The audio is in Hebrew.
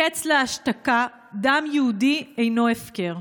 הקץ להשתקה, דם יהודי אינו הפקר.